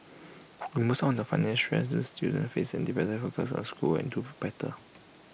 remove some of the financial stress these students face and they better focus on schoolwork and do better